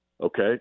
Okay